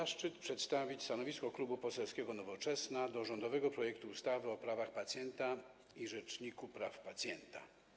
Mam zaszczyt przedstawić stanowisko Klubu Poselskiego Nowoczesna odnośnie do rządowego projektu ustawy o prawach pacjenta i Rzeczniku Praw Pacjenta.